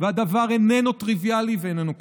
והדבר איננו טריוויאלי ואיננו פשוט.